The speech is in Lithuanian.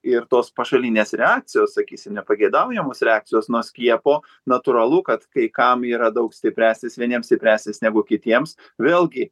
ir tos pašalinės reakcijos sakysim nepageidaujamos reakcijos nuo skiepo natūralu kad kai kam yra daug stipresnės vieniem stipresnės negu kitiems vėlgi